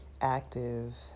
active